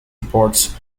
reports